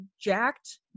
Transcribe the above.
jacked